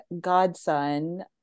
godson